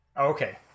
Okay